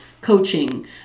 coaching